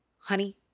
honey